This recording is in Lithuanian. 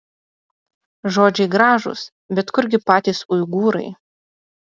žodžiai gražūs bet kurgi patys uigūrai